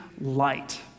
light